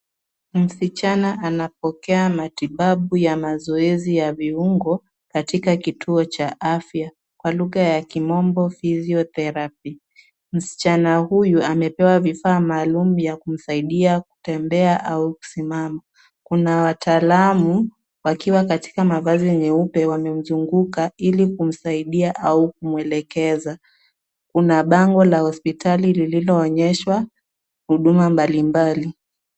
Msichana anapokea matibabu ya mazoezi ya viungo, katika kituo cha afya. kwa lugha ya kimombo[ cs] physiotherapy . Msichana huyu amepewa vifaa maalum vya kumsaidia kutembea au kusimama. Kuna wataalamu wakiwa katika mavazi nyeupe, wamemzunguka ili kumsaidia au kumwelekeza. Kuna bango la hospitali lililonyeshwa huduma mbalimbali.